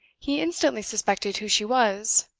he instantly suspected who she was,